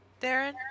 Darren